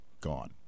gone